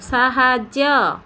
ସାହାଯ୍ୟ